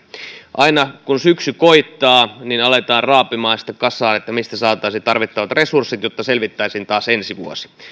aina kun syksy koittaa aletaan raapimaan sitten kasaan mistä saataisiin tarvittavat resurssit jotta selvittäisiin taas ensi vuosi